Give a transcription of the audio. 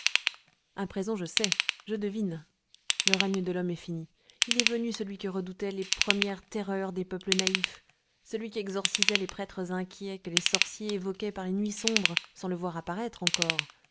a présent je sais je devine le règne de l'homme est fini il est venu celui que redoutaient les premières terreurs des peuples naïfs celui qu'exorcisaient les prêtres inquiets que les sorciers évoquaient par les nuits sombres sans le voir apparaître encore